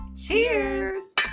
Cheers